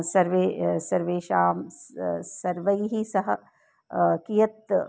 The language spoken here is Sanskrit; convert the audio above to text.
सर्वे सर्वेषां स सर्वैः सह कियत्